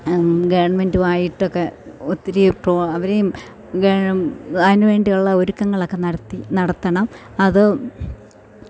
ഗവൺമെൻറ്റുമായിട്ടൊക്കെ ഒത്തിരി അവരെയും അതിന് വേണ്ടിയുള്ള ഒരുക്കങ്ങളൊക്കെ നടത്തി നടത്തണം അത്